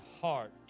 heart